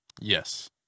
Yes